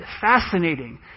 fascinating